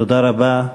תודה רבה.